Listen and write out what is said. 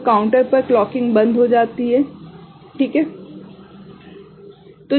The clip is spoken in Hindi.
तो काउंटर पर क्लॉकिंग बंद हो जाती है क्या यह ठीक है